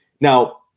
Now